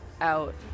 out